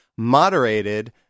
Moderated